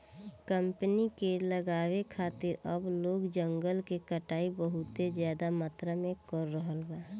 company के लगावे खातिर अब लोग जंगल के कटाई बहुत ज्यादा मात्रा में कर रहल बा